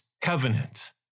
covenant